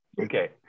Okay